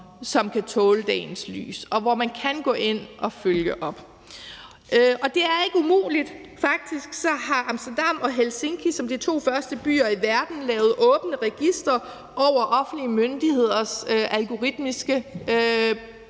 som kan tåle dagens lys, og hvor man kan gå ind og følge op. Og det er ikke umuligt. Faktisk har Amsterdam og Helsinki som de to første byer i verden lavet åbne registre over offentlige myndigheders algoritmiske